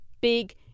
big